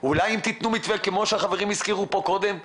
אולי אם תיתנו מתווה כמו שהחברים הזכירו פה קודם?